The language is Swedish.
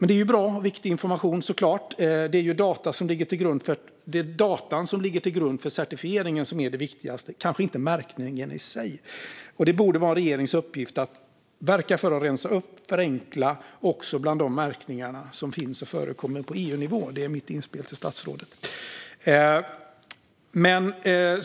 Det är bra och viktig information såklart. Det är de data som ligger till grund för certifieringen som är det viktigaste och kanske inte märkningen i sig. Det borde vara regeringens uppgift att verka för att rensa upp och förenkla också bland de märkningar som finns på EU-nivå. Det är mitt inspel till statsrådet.